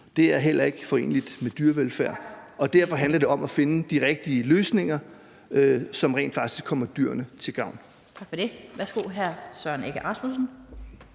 Det er heller ikke foreneligt med dyrevelfærd, og derfor handler det om at finde de rigtige løsninger, som rent faktisk kommer dyrene til gavn.